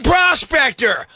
Prospector